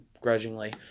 grudgingly